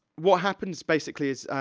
what happens, basically, is,